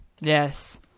Yes